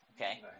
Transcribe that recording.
Okay